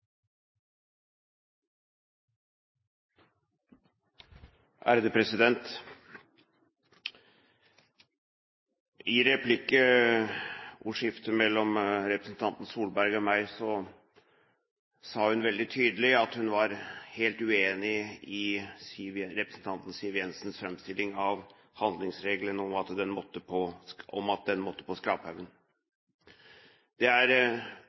kommuner. I replikkordskiftet mellom representanten Solberg og meg sa hun veldig tydelig at hun var helt uenig i representanten Siv Jensens framstilling av handlingsregelen: at den måtte på skraphaugen. Det er bra å høre at